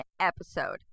episode